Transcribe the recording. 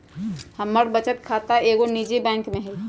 हमर बचत खता एगो निजी बैंक में हइ